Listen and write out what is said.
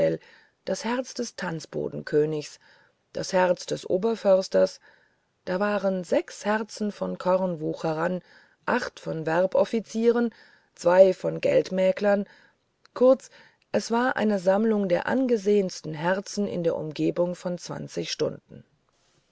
das herz des tanzbodenkönigs das herz des oberförsters da waren sechs herzen von kornwucherern acht von werboffizieren drei von geldmäklern kurz es war eine sammlung der angesehensten herzen in der umgegend von zwanzig stunden